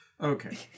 Okay